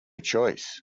choice